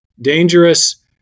dangerous